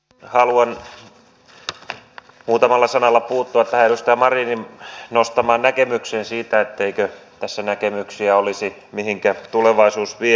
itsekin haluan muutamalla sanalla puuttua tähän edustaja marinin nostamaan näkemykseen siitä etteikö tässä näkemyksiä olisi mihinkä tulevaisuus vie